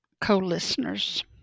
co-listeners